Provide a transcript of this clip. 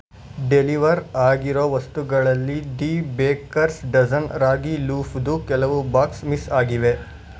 deliver ಆಗಿರೊ ವಸ್ತುಗಳಲ್ಲಿ the baker's dozen ರಾಗಿ ಲೂಫ್ದು ಕೆಲವು ಬಾಕ್ಸ್ ಮಿಸ್ ಆಗಿವೆ